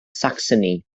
saxony